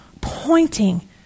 pointing